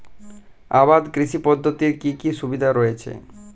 আবাদ কৃষি পদ্ধতির কি কি সুবিধা রয়েছে?